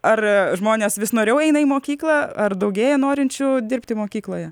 ar žmonės vis noriau eina į mokyklą ar daugėja norinčių dirbti mokykloje